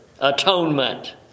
atonement